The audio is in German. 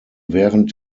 während